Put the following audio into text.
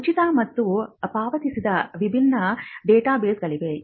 ಉಚಿತ ಮತ್ತು ಪಾವತಿಸಿದ ವಿಭಿನ್ನ ಡೇಟಾಬೇಸ್ಗಳಿವೆ